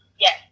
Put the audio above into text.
Yes